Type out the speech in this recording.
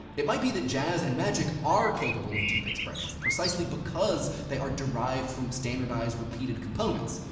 it might be that jazz and magic are capable of deep expression, precisely because they are derived from standardized, repeated components.